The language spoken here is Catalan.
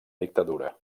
dictadura